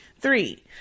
Three